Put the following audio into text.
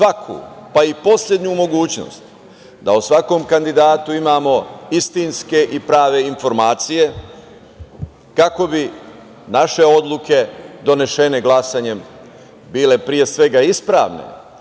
pa i poslednju mogućnost da o svakom kandidatu imamo istinske i prave informacije, kako bi naše odluke donesene glasanjem bile pre svega ispravne,